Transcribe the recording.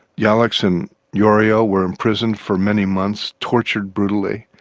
jalics and yorio were imprisoned for many months, tortured brutally.